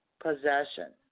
possession